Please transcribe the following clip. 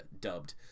dubbed